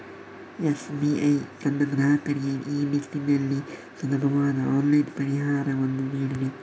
SBI ತನ್ನ ಗ್ರಾಹಕರಿಗೆ ಈ ನಿಟ್ಟಿನಲ್ಲಿ ಸುಲಭವಾದ ಆನ್ಲೈನ್ ಪರಿಹಾರವನ್ನು ನೀಡಿದೆ